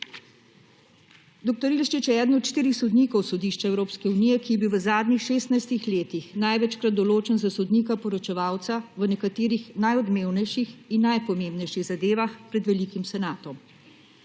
Dr. Ilešič je eden od štirih sodnikov Sodišča Evropske unije, ki je bi v zadnjih 16 letih največkrat določen za sodnika poročevalca v nekaterih najodmevnejših in najpomembnejših zadevah pred velikim senatom.